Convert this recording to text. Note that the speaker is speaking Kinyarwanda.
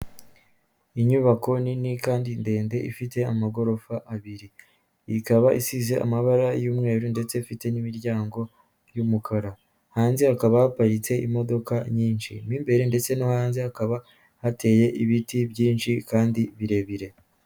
Inyubako nini kandi ndende ifite amagorofa abiri . Ikaba isize amabara y'umweru ndetse ifite n'imiryango y'umukara. Hanze hakaba haparitse imodoka nyinshi mo imbere ndetse no hanze hakaba hateye ibiti byinshi kandi birebire.